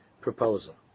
proposal